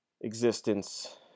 existence